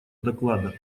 доклада